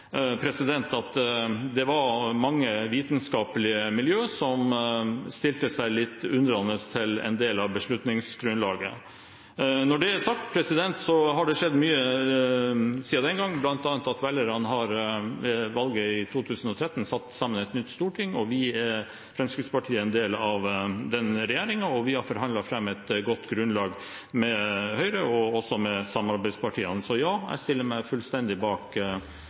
mange vitenskapelige miljøer som stilte seg litt undrende til en del av beslutningsgrunnlaget. Når det er sagt, har det skjedd mye siden den gang, bl.a. at velgerne ved valget i 2013 har satt sammen et nytt storting. Vi i Fremskrittspartiet er en del av regjeringen, og vi har forhandlet fram et godt grunnlag med Høyre og også med samarbeidspartiene. Så ja, jeg stiller meg fullstendig bak